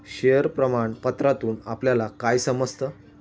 Share प्रमाण पत्रातून आपल्याला काय समजतं?